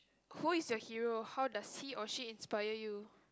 who is your hero how does he or she inspire you